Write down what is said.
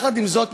עם זאת,